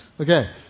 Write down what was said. Okay